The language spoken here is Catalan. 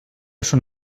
són